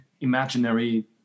imaginary